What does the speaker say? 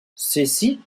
ceci